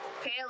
Okay